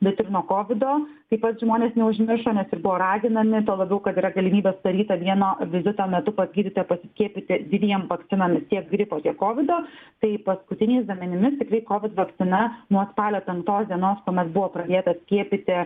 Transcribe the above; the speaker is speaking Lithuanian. ne tik nuo kovido taip pat žmonės neužmiršo nes ir buvo raginami tuo labiau kad yra galimybė sudaryta vieno vizito metu pas gydytoją paskiepyti dviem vakcinomis tiek gripo tiek kovido tai paskutiniais duomenimis tikrai kovid vakcina nuo spalio penktos dienos kuomet buvo pradėta skiepyti